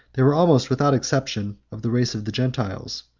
they were almost without exception of the race of the gentiles,